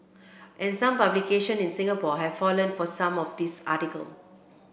and some publication in Singapore have fallen for some of these article